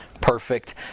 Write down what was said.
perfect